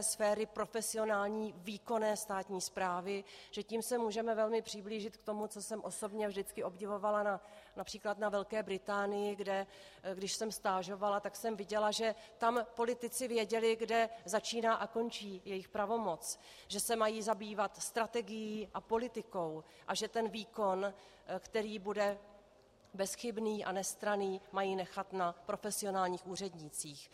sféry profesionální výkonné státní správy, že tím se můžeme velmi přiblížit tomu, co jsem osobně vždycky velmi obdivovala například na Velké Británii, kde jsem, když jsem stážovala, viděla, že tam politici věděli, kde začíná a končí jejich pravomoc, že se mají zabývat strategií a politikou a že výkon, který bude bezchybný a nestranný, mají nechat na profesionálních úřednících.